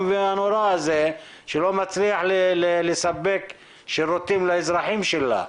והנורא הזה שלא מצליח לספק שירותים לאזרחים שלה?